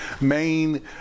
main